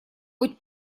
быть